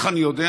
איך אני יודע?